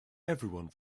everyone